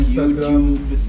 YouTube